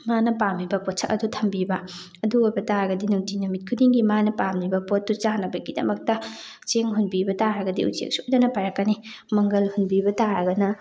ꯃꯥꯅ ꯄꯥꯝꯃꯤꯕ ꯄꯣꯠꯁꯛ ꯑꯗꯨ ꯊꯝꯕꯤꯕ ꯑꯗꯨ ꯑꯣꯏꯕ ꯇꯥꯔꯒꯗꯤ ꯅꯨꯡꯇꯤ ꯅꯨꯃꯤꯠ ꯈꯨꯗꯤꯡꯒꯤ ꯃꯥꯅ ꯄꯥꯝꯂꯤꯕ ꯄꯣꯠꯇꯨ ꯆꯥꯅꯕꯒꯤꯗꯃꯛꯇ ꯆꯦꯡ ꯍꯨꯟꯕꯤꯕ ꯇꯥꯔꯒꯗꯤ ꯎꯆꯦꯛ ꯁꯣꯏꯗꯅ ꯄꯥꯏꯔꯛꯀꯅꯤ ꯃꯪꯒꯜ ꯍꯨꯟꯕꯤꯕ ꯇꯥꯔꯒꯅ